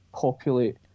populate